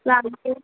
लांनोसै